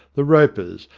the ropers,